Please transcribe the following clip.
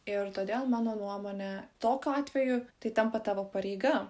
ir todėl mano nuomone tokiu atveju tai tampa tavo pareiga